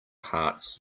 hearts